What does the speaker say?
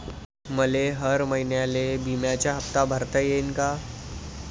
मले हर महिन्याले बिम्याचा हप्ता भरता येईन का?